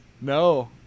no